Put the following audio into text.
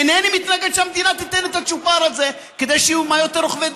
אינני מתנגד שהמדינה תיתן את הצ'ופר הזה כדי שיהיו יותר רוכבי